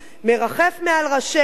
מרחף מעל ראשינו,